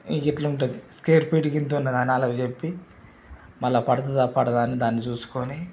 ఇట్ల ఉంటుంది స్క్వేర్ ఫీట్కి ఇంత ఉన్నది అని వాళ్ళకు చెప్పి మళ్ళా పడుతుందా పడదా అని దాన్ని చూసుకొని